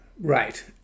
Right